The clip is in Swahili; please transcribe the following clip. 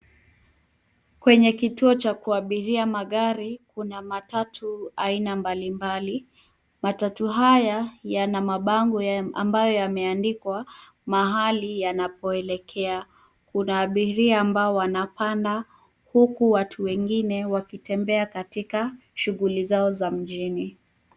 Kwenye kituo cha kuabiria magari kuna matatu aina mbalimbali. Matatu haya yana mabango ambayo yameandikwa mahali yanapoelekea. Kuna abiria ambao wanapanda, huku watu wengine wakitembea katika shughuli zao za mjini.